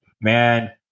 Man